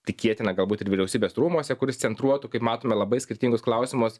tikėtina galbūt ir vyriausybės rūmuose kuris centruotų kaip matome labai skirtingus klausimus